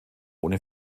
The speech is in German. ohne